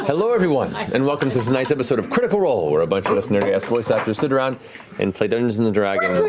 hello, everyone and welcome to tonight's episode of critical role where a bunch of us nerdy ass voice actors sit around and play dungeons and and dragons.